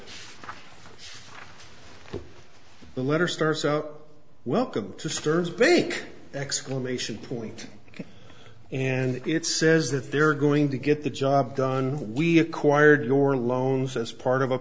court the letter starts out welcome to stern's basic exclamation point and it says that they're going to get the job done we acquired your loans as part of a